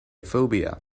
phobia